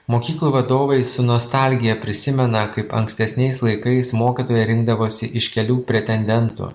mokyklų vadovai su nostalgija prisimena kaip ankstesniais laikais mokytoją rinkdavosi iš kelių pretendentų